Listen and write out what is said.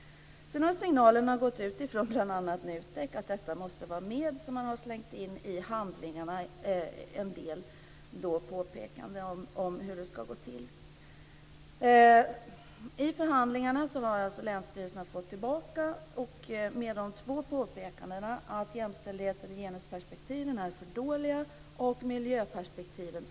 Sedan har signalerna gått ut från bl.a. NUTEK om att detta måste finnas med. Man har i handlingarna slängt in en del påpekanden om hur detta ska gå till. I förhandlingarna har alltså länsstyrelserna fått tillbaka avtalen med de två påpekandena att jämställdhets och genusperspektiven är för dåliga liksom miljöperspektiven.